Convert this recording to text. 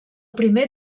primer